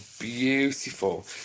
beautiful